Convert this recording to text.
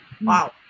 Wow